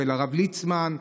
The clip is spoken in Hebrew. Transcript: לרב ליצמן,